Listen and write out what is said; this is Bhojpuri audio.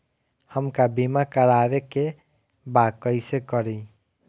हमका बीमा करावे के बा कईसे करी?